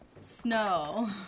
snow